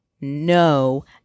no